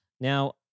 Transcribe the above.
Now